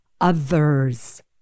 others